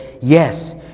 yes